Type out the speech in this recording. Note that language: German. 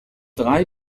drei